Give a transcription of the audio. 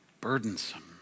burdensome